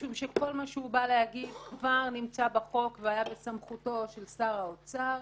משום שכל מה שהוא בא להגיד כבר נמצא בחוק והיה בסמכותו של שר האוצר,